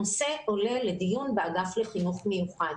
הנושא עולה לדיון באגף לחינוך מיוחד.